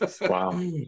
Wow